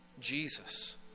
Jesus